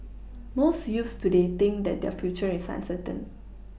most youths today think that their future is uncertain